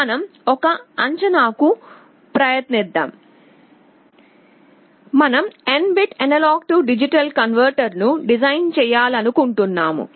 మనం ఒక అంచనా కు ప్రయత్నిద్దాం మనం n bit A D కన్వర్టర్ను డిజైన్ చేయాలనుకుంటున్నాము